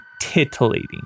titillating